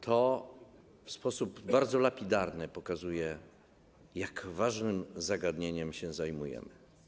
To w sposób bardzo lapidarny pokazuje, jak ważnym zagadnieniem się zajmujemy.